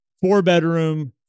Four-bedroom